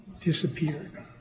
disappeared